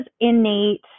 innate